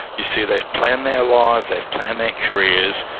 you see they've planned their lives, they've planned their careers,